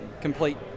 complete